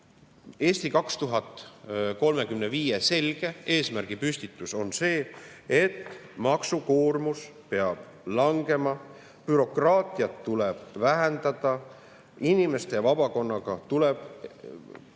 "Eesti 2035" selge eesmärgipüstitus on see, et maksukoormus peab langema, bürokraatiat tuleb vähendada, inimeste ja vabakonnaga tuleb läbi viia